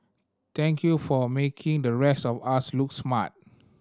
thank you for making the rest of us look smart